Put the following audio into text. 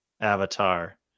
avatar